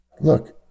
Look